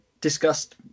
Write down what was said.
discussed